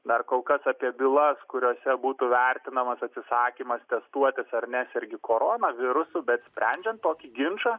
dar kol kas apie bylas kuriose būtų vertinamas atsisakymas testuotis ar neserga koronavirusu bet sprendžiant tokį ginčą